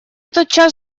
тотчас